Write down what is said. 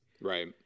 Right